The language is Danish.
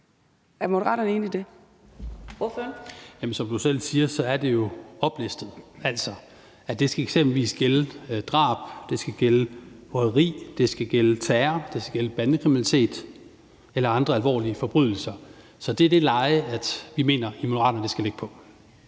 Elmstrøm (M): Som du selv siger, er det jo oplistet, altså at det eksempelvis skal gælde drab, det skal gælde røveri, det skal gælde terror, det skal gælde bandekriminalitet eller andre alvorlige forbrydelser. Så det er det leje, vi i Moderaterne mener det skal ligge på.